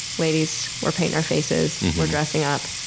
ladies we're painting our faces, we're dressing up,